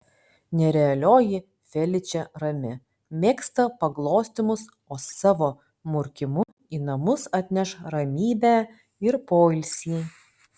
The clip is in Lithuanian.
nerealioji feličė rami mėgsta paglostymus o savo murkimu į namus atneš ramybę ir poilsį